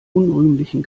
unrühmlichen